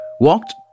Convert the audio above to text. walked